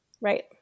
Right